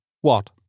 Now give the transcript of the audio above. What